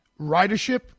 ridership